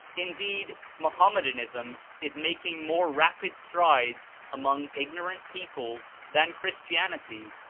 in deed, mohammedanism is making more rapid strides among ignorant peoples than christianity,